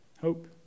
Hope